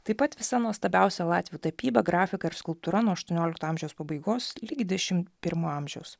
taip pat visa nuostabiausia latvių tapyba grafika ir skulptūra nuo aštuoniolikto amžiaus pabaigos ligi dvidešimt pirmo amžiaus